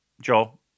Joel